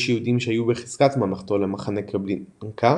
יהודים שהיו בחזקת ממלכתו למחנה טרבלינקה,